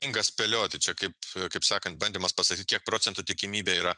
inga spėlioti čia kaip kaip sakant bandymas pasakyt kiek procentų tikimybė yra